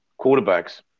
quarterbacks